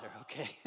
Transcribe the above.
okay